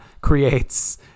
creates